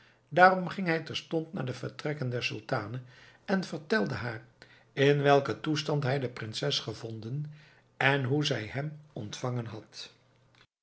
daarom ging hij terstond naar de vertrekken der sultane en vertelde haar in welken toestand hij de prinses gevonden en hoe zij hem ontvangen had